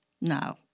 no